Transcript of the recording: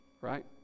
right